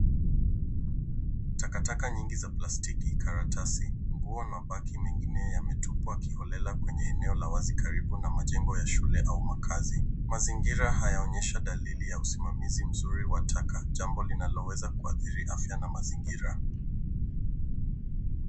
Takataka nyingi za plastiki karatasi, nguo na mabaki mengine yametupwa kiholela kwenye eneo la wazi karibu na majengo ya shule au makaazi. Mazingira hayaonyeshi dalili ya usimamizi mzuri wa taka jambo linaloweza kuathiri afya na mazingira.